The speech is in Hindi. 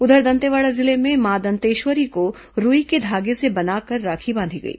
उधर दंतेवाड़ा जिले में मां दंतेश्वरी को रूई के धागे से बनाकर राखी बांधी गई